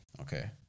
Okay